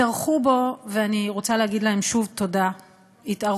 התארחו בו, ואני רוצה להגיד להם שוב תודה התארחות